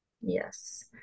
Yes